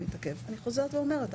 אני חוזרת ואומרת,